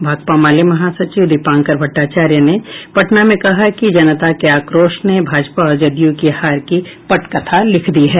भाकपा माले महासचिव दीपांकर भट्टाचार्य ने पटना में कहा कि जनता के आक्रोश ने भाजपा और जदयू की हार की पटकथा लिख दी है